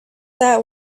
that